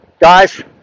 guys